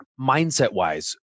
Mindset-wise